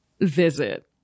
visit